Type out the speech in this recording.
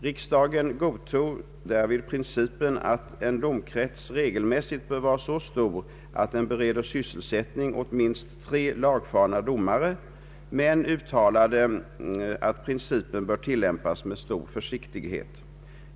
Riksdagen godtog därvid principen att en domkrets regelmässigt bör vara så stor att den bereder sysselsättning åt minst tre lagfarna domare men uttalade att principen bör tillämpas med stor försiktighet.